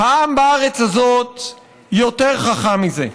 העם בארץ הזאת יותר חכם מזה,